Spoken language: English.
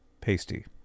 Pasty